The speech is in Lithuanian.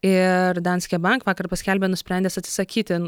ir danske bank vakar paskelbė nusprendęs atsisakyti